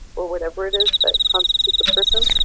or whatever it is that constitutes a person,